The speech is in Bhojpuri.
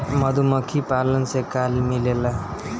मधुमखी पालन से का मिलेला?